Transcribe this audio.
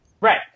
Right